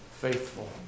faithful